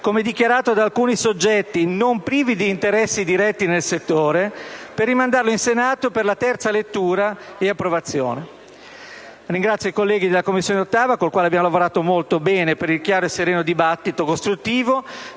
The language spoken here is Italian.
come dichiarato da alcuni soggetti, non privi di interesse diretti nel settore, per rimandarlo in Senato per la terza lettura e approvazione. Ringrazio i colleghi della Commissione 8a, con i quali abbiamo lavorato molto bene, per il chiaro e sereno dibattito costruttivo,